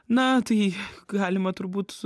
na tai galima turbūt